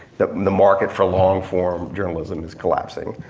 the the market for long form journalism is collapsing.